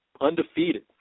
undefeated